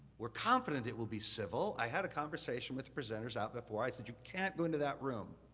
we're confident it will be civil. i had a conversation with the presenters out before. i said, you can't go into that room